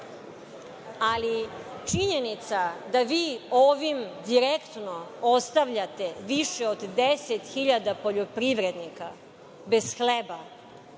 Ali, činjenica da vi ovim direktno ostavljate više od 10 hiljada poljoprivrednika bez hlebe,